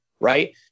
right